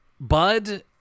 Bud